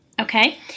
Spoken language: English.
Okay